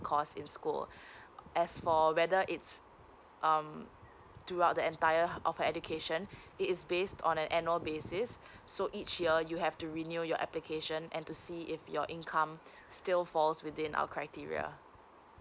cause in school as for whether it's um throughout the entire of education it is based on an annual basis is so each year you have to renew your application and to see if your income still falls within our criteria